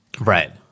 Right